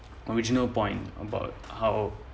original point about how